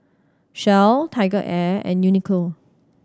Shell TigerAir and Uniqlo